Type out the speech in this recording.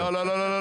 לא, לא.